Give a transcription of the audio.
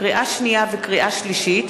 לקריאה שנייה ולקריאה שלישית: